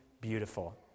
beautiful